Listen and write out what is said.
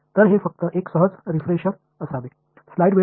तर हे फक्त एक सहज रीफ्रेशर असावे